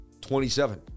27